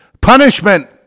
Punishment